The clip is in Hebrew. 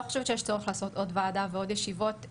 חושבת שיש צורך לעשות עוד ועדה ועוד ישיבות,